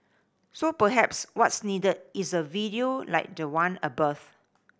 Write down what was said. so perhaps what's needed is a video like the one above